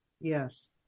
Yes